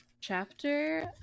Chapter